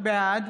בעד